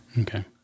Okay